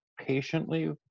patiently